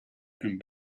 and